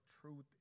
truth